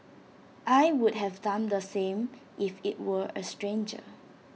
I would have done the same if IT were A stranger